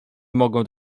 mogą